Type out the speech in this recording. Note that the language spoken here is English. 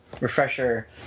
refresher